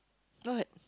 what